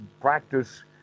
practice